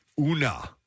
Una